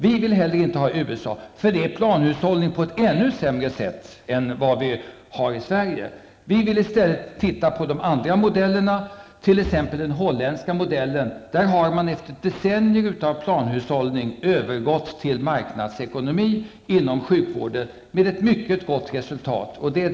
Vi vill inte heller ha den -- det är planhushållning på ett ännu sämre sätt än vi har i Sverige. Vi vill i stället titta närmare på de andra modellerna, t.ex. den holländska. Där har man efter decennier av planhushållning övergått till marknadsekonomi inom sjukvården, med ett mycket gott resultat.